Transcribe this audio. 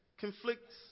conflicts